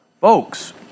Folks